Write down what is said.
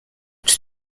czy